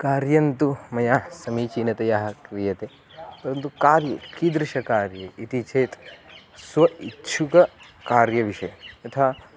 कार्यं तु मया समीचीनतया क्रियते परन्तु कार्ये कीदृशे कार्ये इति चेत् स्व इच्छुककार्यविषये यथा